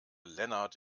lennart